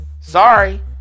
Sorry